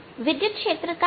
विद्युत क्षेत्र का क्या